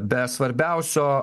be svarbiausio